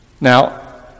Now